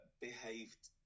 Behaved